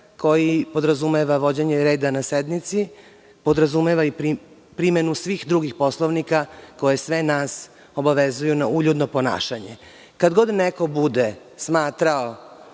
koji podrazumeva vođenje reda na sednici podrazumeva i primenu svih drugih članova Poslovnika koji sve nas obavezuju na uljudno ponašanje. Kad god neko bude smatrao